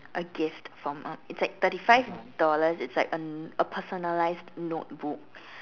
a gift for mum it's like thirty five dollars it's like a personalised notebook